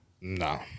No